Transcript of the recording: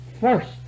First